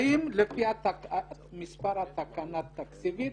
האם לפי מספר התקנה התקציבית